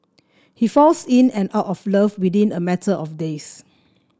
he falls in and out of love within a matter of days